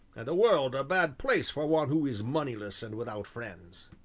and the world a bad place for one who is moneyless and without friends.